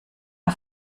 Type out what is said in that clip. der